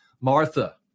Martha